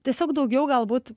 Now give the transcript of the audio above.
tiesiog daugiau galbūt